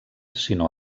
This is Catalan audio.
sinó